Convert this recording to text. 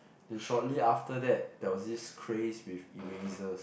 then shortly after that there was this craze with erasers